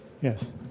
Yes